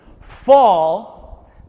fall